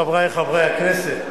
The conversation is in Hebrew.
חברי חברי הכנסת,